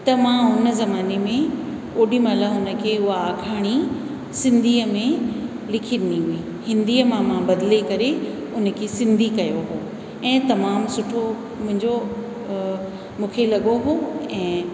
त मां हुन ज़माने में ओॾीमहिल हुन खे उहा आखाणी सिंधीअ में लिखी ॾिनी हुई हिंदीअ में मां बदले करे उन खे सिंधी कयो हो ऐं तमामु सुठो मुंहिंजो मूंखे लॻो हो ऐं